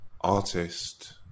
artist